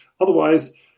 otherwise